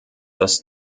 das